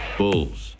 bulls